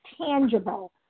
tangible